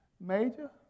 Major